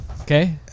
Okay